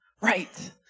right